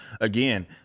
again